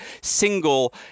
single